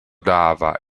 dava